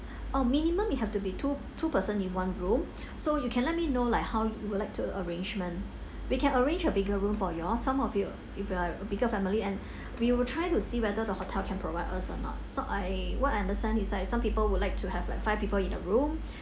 oh minimum you have to be two two person in one room so you can let me know like how you would like to arrangement we can arrange a bigger room for y'all some of you if you are bigger family and we will try to see whether the hotel can provide us or not so I what I understand is like some people would like to have like five people in the room